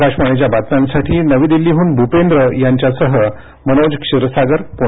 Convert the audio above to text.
आकाशवाणीच्या बातम्यांसाठी नवी दिल्लीह्न भूपेंद्र यांच्यासह मनोज क्षीरसागर पुणे